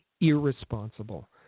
irresponsible